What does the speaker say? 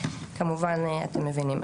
כמובן אתם מבינים.